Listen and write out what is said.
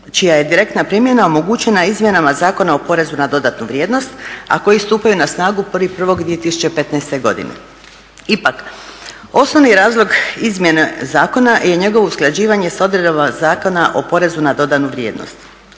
čija je direktna primjena omogućena izmjena Zakona o PDV-u, a koji stupaju na snagu 1.1.2015. godine. Ipak, osnovni razlog izmjena zakona je njegovo usklađivanje sa odredbama Zakona o PDV-u. U sadašnjem